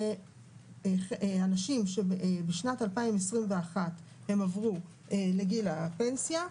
שאנשים שבשנת 2021 עברו לגיל הפנסיה,